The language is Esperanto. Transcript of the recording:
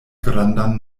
grandan